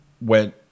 went